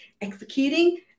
executing